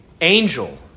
angel